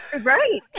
right